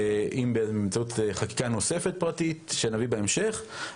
גם באמצעות חקיקה נוספת פרטית שנביא בהמשך.